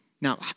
Now